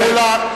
חבר הכנסת מולה.